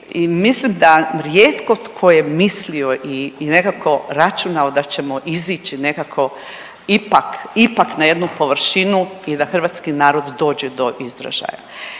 mislim da rijetko tko je mislio i nekako računao da ćemo izići nekako ipak, ipak na jednu površinu i da hrvatski narod dođe do izražaja.